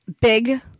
big